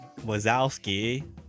Wazowski